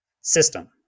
system